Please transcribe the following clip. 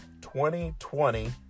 2020